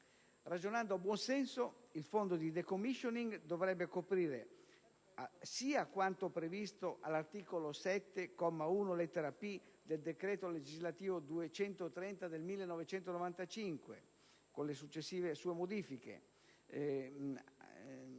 Ragionando a buon senso, il fondo per il *decommissioning* dovrebbe coprire sia quanto previsto all'articolo 7, comma 1, lettera *p)* del decreto legislativo n. 230 del 1995 e successive sue modifiche,